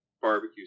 barbecue